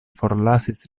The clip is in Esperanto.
forlasis